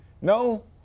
No